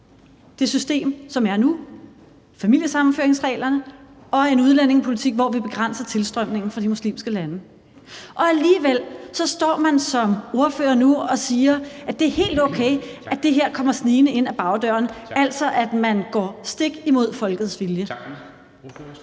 det system, som er nu – familiesammenføringsreglerne – og en udlændingepolitik, hvor vi begrænser tilstrømningen fra de muslimske lande. Og alligevel står man som ordfører nu og siger, at det er helt okay, at det her kommer snigende ind ad bagdøren, altså at man går stik imod folkets vilje. Kl.